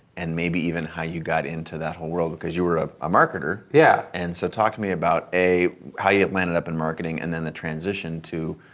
and maybe even how you got into that whole world because you were a ah marketer. yeah and so talk to me about a how you landed up in marketing and then the transition to,